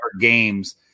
Games